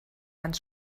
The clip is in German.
ans